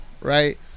right